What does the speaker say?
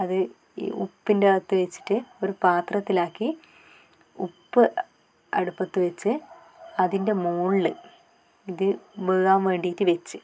അത് ഈ ഉപ്പിൻ്റെ അകത്ത് വേച്ചിട്ട് ഒരു പാത്രത്തിലാക്കി ഉപ്പ് അടുപ്പത്ത് വെച്ച് അതിൻ്റെ മുകളിൽ ഇത് വേകാൻ വേണ്ടിയിട്ട് വെച്ച്